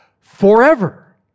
forever